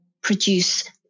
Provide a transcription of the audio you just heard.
produce